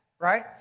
right